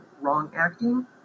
wrong-acting